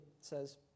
says